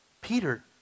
Peter